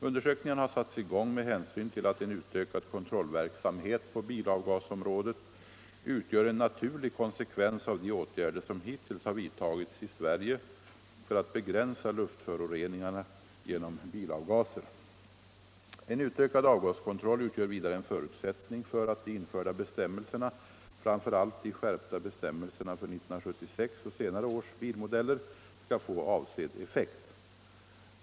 Undersökningarna har satts i gång med hänsyn till att en utökad kontrollverksamhet på bilavgasområdet utgör en naturlig konsekvens av de åtgärder som hittills har vidtagits i Sverige för att begränsa luftföroreningar genom bilavgaser. En utökad avgaskontroll utgör vidare en förutsättning för att de införda bestämmelserna, framför allt de skärpta bestämmelserna för 1976 års och senare års bilmodeller, skall få avsedd effekt.